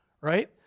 right